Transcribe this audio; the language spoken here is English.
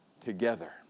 together